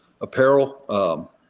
apparel